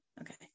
okay